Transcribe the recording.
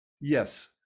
Yes